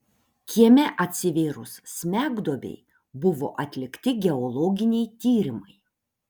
kieme atsivėrus smegduobei buvo atlikti geologiniai tyrimai